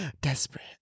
desperate